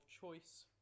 choice